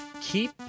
Keep